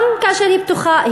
גם כאשר היא פתוחה,